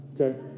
okay